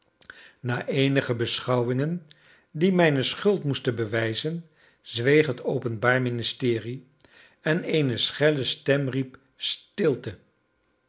na eenige beschouwingen die mijne schuld moesten bewijzen zweeg het openbaar ministerie en eene schelle stem riep stilte